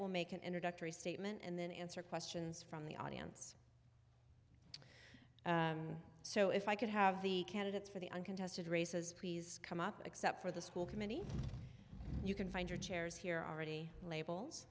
will make an introductory statement and then answer questions from the audience so if i could have the candidates for the uncontested races come up except for the school committee you can find your chairs here are ready labels